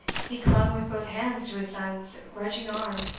he clung with both hands to his son's grudging arm,